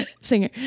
singer